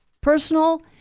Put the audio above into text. personal